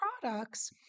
products